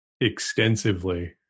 extensively